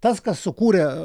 tas kas sukūrė